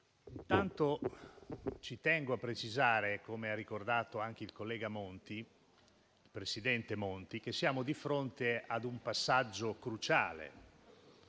intanto tengo a precisare, come ha ricordato anche il presidente Monti, che siamo di fronte a un passaggio cruciale